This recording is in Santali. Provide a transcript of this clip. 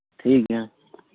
ᱴᱷᱤᱠ ᱜᱮᱭᱟ